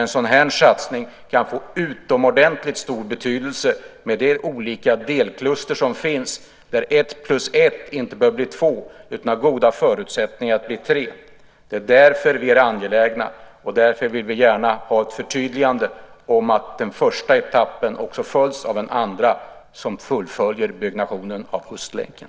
En sådan här satsning kan få utomordentligt stor betydelse med de olika delkluster som finns, där ett plus ett inte behöver bli två utan har goda förutsättningar att bli tre. Det är därför vi är angelägna, och därför vill vi gärna ha ett förtydligande om att den första etappen också följs av en andra som fullföljer byggnationen av Ostlänken.